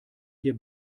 hier